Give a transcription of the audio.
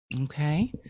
Okay